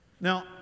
Now